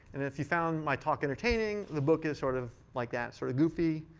and if you found my talk entertaining, the book is sort of like that. sort of goofy,